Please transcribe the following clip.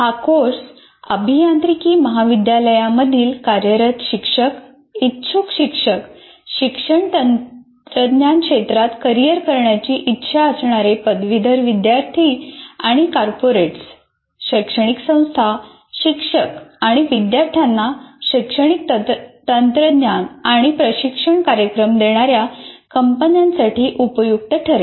हा कोर्स अभियांत्रिकी महाविद्यालयांमधील कार्यरत शिक्षक इच्छुक शिक्षक शिक्षण तंत्रज्ञान क्षेत्रात करिअर करण्याची इच्छा असणारे पदवीधर विद्यार्थी आणि कॉर्पोरेट्स शैक्षणिक संस्था शिक्षक आणि विद्यार्थ्यांना शैक्षणिक तंत्रज्ञान आणि प्रशिक्षण कार्यक्रम देणार्या कंपन्यांसाठी उपयुक्त ठरेल